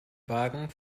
wagen